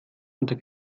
unter